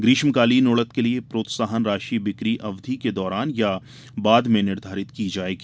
ग्रीष्मकालीन उड़द के लिये प्रोत्साहन राशि बिक्री अवधि के दौरान या बाद में निर्धारित की जायेगी